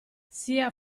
sia